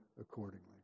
accordingly